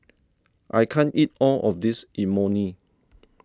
I can't eat all of this Imoni